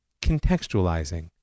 contextualizing